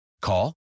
Call